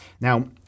now